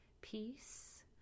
peace